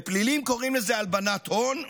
בפלילים קוראים לזה הלבנת הון,